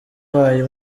ubaye